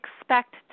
expect